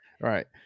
right